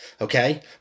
Okay